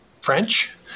French